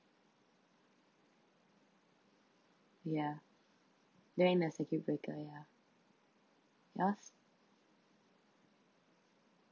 ya during the circuit breaker ya yours